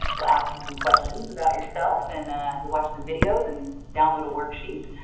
we'll ask you some questions about yourself and you watch some videos and download a worksheet.